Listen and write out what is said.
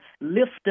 lift